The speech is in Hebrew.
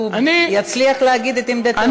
שהוא יצליח להגיד את עמדתו.